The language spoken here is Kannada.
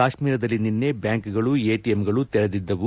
ಕಾಶ್ಮೀರದಲ್ಲಿ ನಿನ್ನೆ ಬ್ಯಾಂಕ್ಗಳು ಎಟಿಎಂಗಳು ತೆರೆದಿದ್ದವು